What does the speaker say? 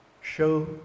show